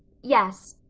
yes.